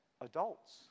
adults